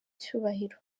cyubahiro